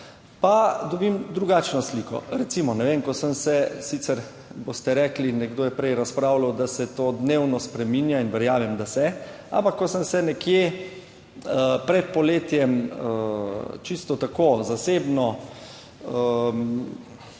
pa dobim drugačno sliko. Recimo, ne vem, ko sem se sicer, boste rekli, nekdo je prej razpravljal, da se to dnevno spreminja, in verjamem, da se, ampak ko sem se nekje pred poletjem čisto tako zasebno peljal